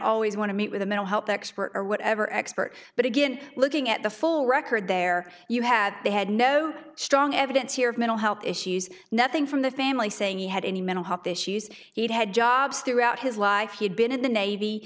always want to meet with a mental health expert or whatever expert but again looking at the full record there you had they had no strong evidence here of mental health issues nothing from the family saying he had any mental health issues he'd had jobs throughout his life he'd been in the navy